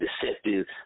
deceptive